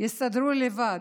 יסתדרו לבד.